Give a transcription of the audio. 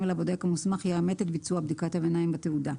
הבודק המוסמך יאמת את ביצוע בדיקת הביניים בתעודה.